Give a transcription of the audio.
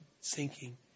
sinking